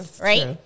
right